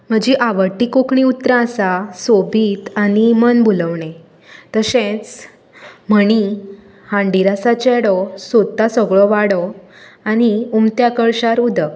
म्हजीं आवडटी कोंकणी उतरां आसा सोबीत आनी मनभुलोवणें तशेंच म्हणी हांडीर आसा चेडो सोदता सगळो वाडो आनी उमथ्या कळशार उदक